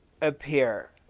appear